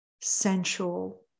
sensual